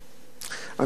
אני באופן אישי,